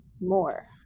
more